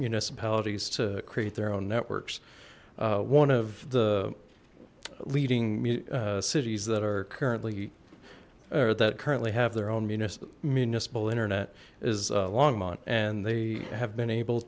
municipalities to create their own networks one of the leading cities that are currently or that currently have their own munis municipal internet is longmont and they have been able